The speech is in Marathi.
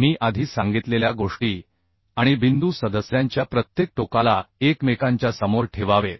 मी आधी सांगितलेल्या गोष्टी आणि बिंदू सदस्यांच्या प्रत्येक टोकाला एकमेकांच्या समोर ठेवावेत